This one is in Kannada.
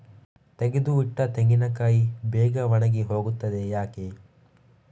ತೆಗೆದು ಇಟ್ಟ ತೆಂಗಿನಕಾಯಿ ಬೇಗ ಒಣಗಿ ಹೋಗುತ್ತದೆ ಯಾಕೆ?